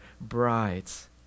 brides